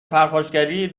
پرخاشگری